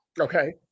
Okay